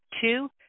Two